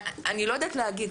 אני לא יודעת להגיד.